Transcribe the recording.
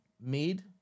made